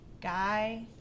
guy